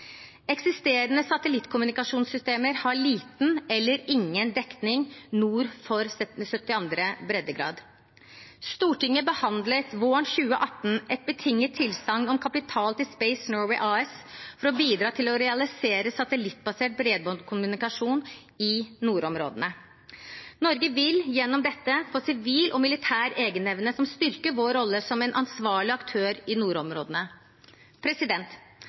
Eksisterende satellittkommunikasjonssystemer har liten eller ingen dekning nord for 72. breddegrad. Stortinget behandlet våren 2018 et betinget tilsagn om kapital til Space Norway AS for å bidra til å realisere satellittbasert bredbåndskommunikasjon i nordområdene. Norge vil gjennom dette få sivil og militær egenevne som styrker vår rolle som en ansvarlig aktør i nordområdene.